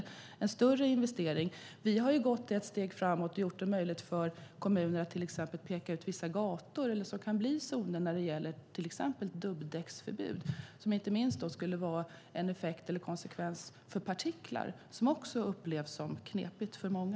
Det är en större investering. Vi har gått framåt och gjort det möjligt för kommuner att till exempel peka ut vissa gator som kan bli zoner när det gäller till exempel dubbdäcksförbud. Det skulle inte minst ge en konsekvens för partiklar, något som också upplevs som knepigt för många.